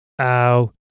ow